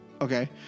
Okay